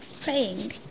praying